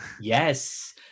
Yes